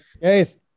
yes